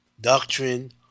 doctrine